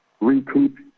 recoup